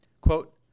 Quote